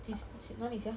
几哪里 sia